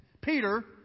Peter